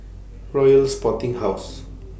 Royal Sporting House